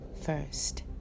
first